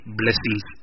blessings